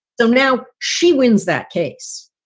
so now she wins that case.